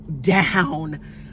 down